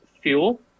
fuel